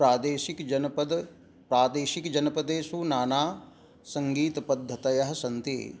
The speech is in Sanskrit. प्रादेशिकजनपद प्रादेशिकजनपदेषु नानासङ्गीतपद्धतयः सन्ति